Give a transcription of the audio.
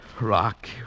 Rock